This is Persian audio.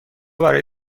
برای